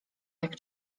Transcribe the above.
jak